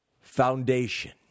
foundation